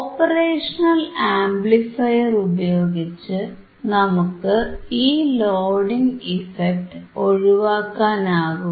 operational amplifier ഉപയോഗിച്ച് നമുക്ക് ഈ ലോഡിംഗ് ഇഫക്ട് ഒഴിവാക്കാനാകും